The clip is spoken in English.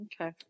Okay